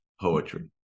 poetry